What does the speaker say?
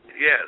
Yes